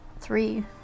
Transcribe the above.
three